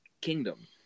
kingdom